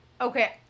okay